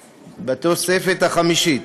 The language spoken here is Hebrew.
שיהיו מנויים בתוספת החמישית,